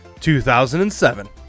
2007